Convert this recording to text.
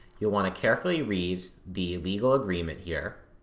you'll want to carefully read the legal agreement here,